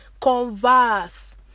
converse